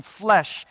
flesh